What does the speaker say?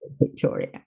Victoria